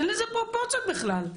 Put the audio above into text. אין לזה פרופורציות בכלל.